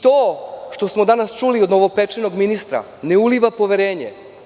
To što smo danas čuli od novopečenog ministra ne uliva poverenje.